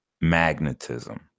magnetism